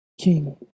king